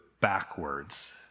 backwards